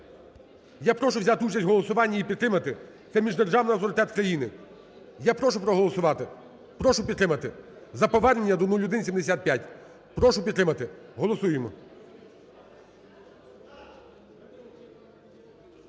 Я прошу взяти участь в голосуванні і підтримати, це міждержавний авторитет країни. Я прошу проголосувати, прошу підтримати. За повернення до 0175. Прошу підтримати, голосуємо.